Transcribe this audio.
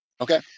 Okay